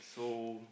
so